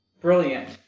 Brilliant